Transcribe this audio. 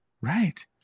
Right